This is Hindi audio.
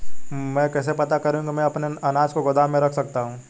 मैं कैसे पता करूँ कि मैं अपने अनाज को गोदाम में रख सकता हूँ?